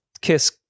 kiss